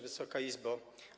Wysoka Izbo!